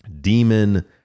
demon